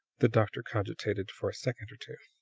the doctor cogitated for a second or two.